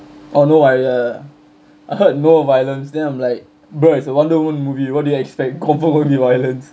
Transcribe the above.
oh no I err I heard no violence then I'm like bro is a wonder woman movie what do you expect confirm going to be violence